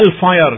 hellfire